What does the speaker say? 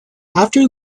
after